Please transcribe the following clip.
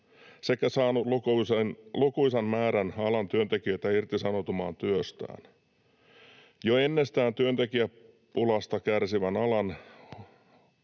sekä saanut lukuisan määrän alan työntekijöitä irtisanoutumaan työstään. Jo ennestään työntekijäpulasta kärsivän alan”